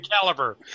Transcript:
caliber